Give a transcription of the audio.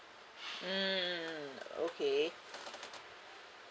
mm okay